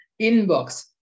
inbox